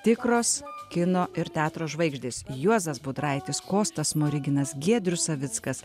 tikros kino ir teatro žvaigždės juozas budraitis kostas smoriginas giedrius savickas